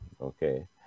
okay